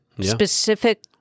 Specific